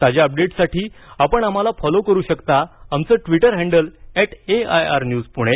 ताज्या अपडेट्ससाठी आपण आम्हाला फॉलो करू शकता आमचं Twitter handle at AIR news Pune